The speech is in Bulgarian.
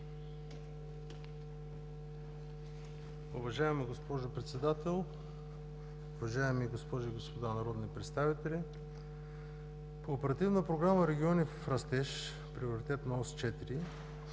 Уважаема госпожо Председател, уважаеми госпожи и господа народни представители! По Оперативна програма „Региони в растеж“, Приоритетна